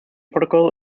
protocol